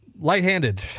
light-handed